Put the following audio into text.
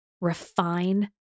refine